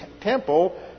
temple